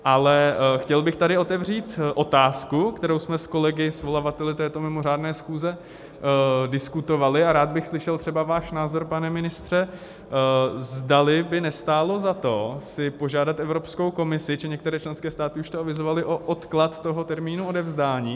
Ale chtěl bych tady otevřít otázku, kterou jsme s kolegy svolavateli této mimořádné schůze diskutovali, a rád bych slyšel třeba váš názor, pane ministře, zdali by nestálo za to si požádat Evropskou komisi, protože některé členské státy už to avizovaly, o odklad toho termínu odevzdání.